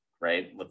right